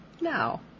now